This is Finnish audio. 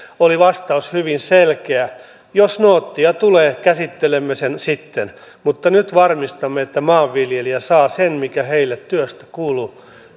oli vastaus hyvin selkeä jos noottia tulee käsittelemme sen sitten mutta nyt varmistamme että maanviljelijä saa sen mikä hänelle työstä kuuluu